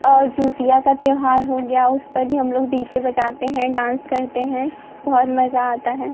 और जुतिया का त्यौहार हो गया उस पर भी हम लोग डी जे बजाते हैं डांस करते हैं बहुत मज़ा आता है